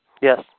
Yes